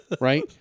Right